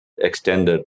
Extended